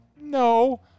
No